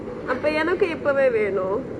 அப்ப எனக்கு இப்பவே வேனும்:appe enakuu ippave venum